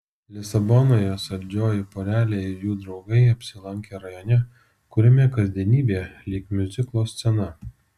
lisabonoje saldžioji porelė ir jų draugai apsilankė rajone kuriame kasdienybė lyg miuziklo scena